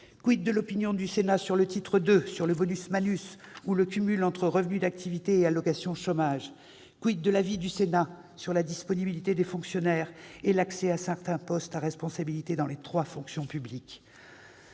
? de l'opinion du Sénat sur le titre II, sur le bonus-malus ou le cumul entre revenus d'activité et allocation chômage ? de l'avis du Sénat sur la disponibilité des fonctionnaires et l'accès à certains postes à responsabilités dans les trois fonctions publiques ?